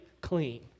clean